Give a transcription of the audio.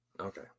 Okay